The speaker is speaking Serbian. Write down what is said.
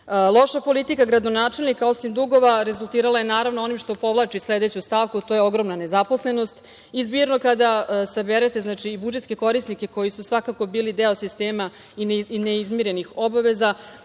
politika gradonačelnika, osim dugova rezultirala je onim što povlači sledeću stavku, a to je ogromna nezaposlenost i zbirno kada saberete budžetske korisnike koji su svakako bili deo sistema i neizmirenih obaveza,